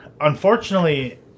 Unfortunately